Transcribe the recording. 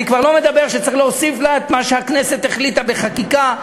אני כבר לא מדבר שצריך להוסיף לה את מה שהכנסת החליטה בחקיקה,